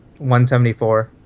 174